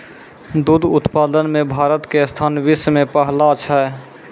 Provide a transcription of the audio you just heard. दुग्ध उत्पादन मॅ भारत के स्थान विश्व मॅ पहलो छै